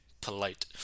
Polite